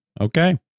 Okay